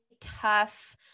tough